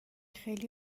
خیلی